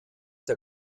der